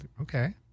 Okay